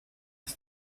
ist